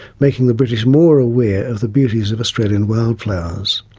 making the british more aware of the beauties of australian wildflowers.